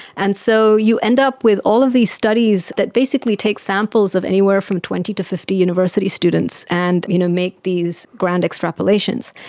and so you end up with all of these studies that basically take samples of anywhere from twenty to fifty university students and you know make these grand extrapolations.